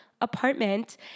apartment